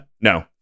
No